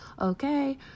Okay